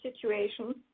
situation